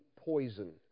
poison